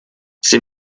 sie